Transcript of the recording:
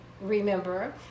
remember